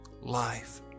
life